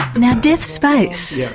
now deaf space,